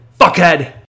Fuckhead